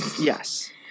Yes